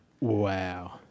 Wow